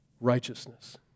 righteousness